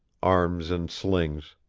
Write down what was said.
arms in slings.